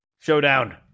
Showdown